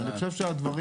אני חושב שהדברים